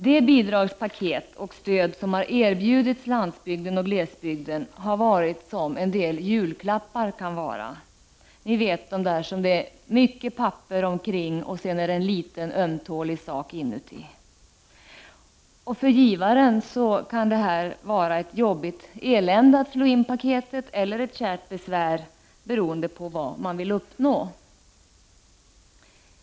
De bidragspaket och stöd som erbjudits landsbygden och glesbygden har varit som en del julklappar kan vara. Det är mycket papper omkring och en liten ömtålig sak inuti. För givaren kan det vara ett jobbigt elände att slå in paketet, eller ett kärt besvär, beroende på vad man vill uppnå.